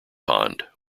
pond